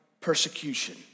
persecution